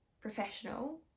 professional